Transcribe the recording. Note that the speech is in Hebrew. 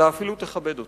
אלא אפילו תכבד אותנו.